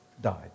died